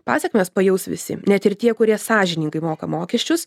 pasekmes pajaus visi net ir tie kurie sąžiningai moka mokesčius